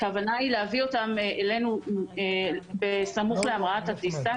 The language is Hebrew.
הכוונה היא להביא אותם אלינו בסמוך להמראת הטיסה,